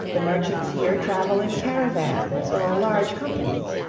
the merchants here travel in caravans or large companies.